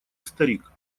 старик